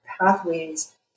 pathways